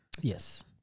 yes